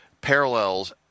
parallels